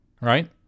right